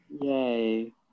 Yay